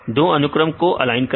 दो अनुक्रम को ऑलाइन करें